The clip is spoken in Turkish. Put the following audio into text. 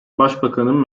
başbakanın